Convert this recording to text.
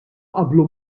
qablu